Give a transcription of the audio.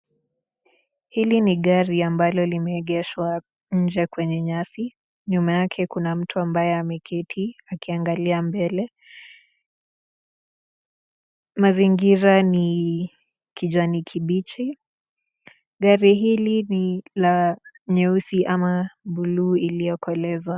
Hili ni gari ambalo limeegeshwa nje kwenye nyasi, nyuma yake kuna mtu ambaye ameketi akiangalia mbele, mazingira ni kijani kibichi, gari hili ni la nyeusi ama buluu iliyo kolezwa.